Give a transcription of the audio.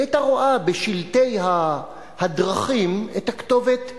היא היתה רואה בשלטי הדרכים את הכתובת "לֵבִיב",